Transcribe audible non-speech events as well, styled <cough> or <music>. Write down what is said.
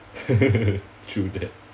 <laughs> true that